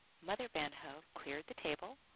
mother van hove cleared the table,